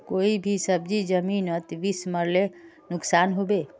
कोई भी सब्जी जमिनोत बीस मरले नुकसान होबे?